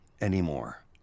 anymore